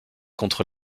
contre